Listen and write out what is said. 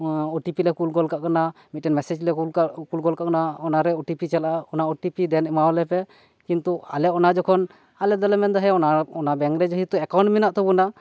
ᱳ T P ᱞᱮ call ᱜᱚᱞᱠᱟᱜ ᱠᱟᱱᱟ ᱢᱤᱫᱴᱮᱱ ᱢᱮᱥᱮᱡ ᱞᱮ ᱠᱳᱞ ᱠᱳᱞ ᱜᱚᱞᱠᱟᱜ ᱠᱟᱱᱟ ᱚᱱᱟ ᱨᱮ ᱳᱴᱤᱯᱤ ᱪᱟᱞᱟᱜᱼᱟ ᱚᱱᱟ ᱳᱴᱤᱯᱤ ᱫᱮᱱ ᱮᱢᱟᱣᱟᱞᱮ ᱯᱮ ᱠᱤᱱᱛᱩ ᱟᱞᱮ ᱚᱱᱟ ᱡᱚᱠᱷᱚᱱ ᱟᱞᱮ ᱫᱚᱞᱮ ᱢᱮᱱᱮᱫᱟ ᱦᱮᱸ ᱚᱱᱟ ᱵᱮᱝᱠ ᱨᱮ ᱡᱮᱦᱮᱛᱩ ᱟᱠᱟᱩᱱᱴ ᱢᱮᱱᱟᱜ ᱛᱟᱵᱚᱱᱟ